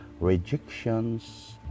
rejections